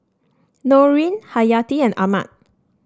Nurin Hayati and Ahmad